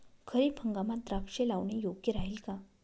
खरीप हंगामात द्राक्षे लावणे योग्य राहिल का?